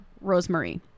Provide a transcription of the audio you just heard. Rosemary